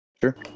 sure